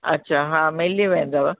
अच्छा हा मिली वेंदव